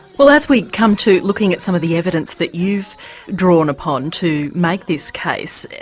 well as we come to looking at some of the evidence that you've drawn upon to make this case,